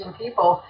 people